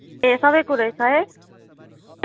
ए सबै कुरै छ है